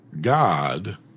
God